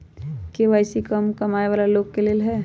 KYC का कम कमाये वाला लोग के लेल है?